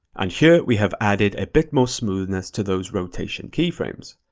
and here, we have added a bit more smoothness to those rotation keyframes.